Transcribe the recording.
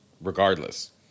regardless